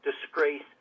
disgrace